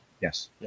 Yes